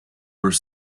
were